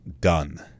done